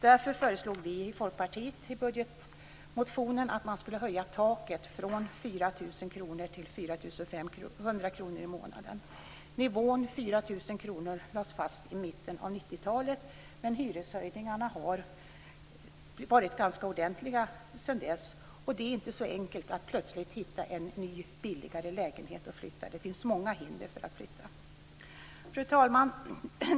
Därför föreslog vi i 4 000 kr lades fast i mitten av 90-talet, men hyreshöjningarna har varit ganska ordentliga sedan dess och det är inte så enkelt att plötsligt hitta en ny billigare lägenhet och flytta. Det finns många hinder för att flytta. Fru talman!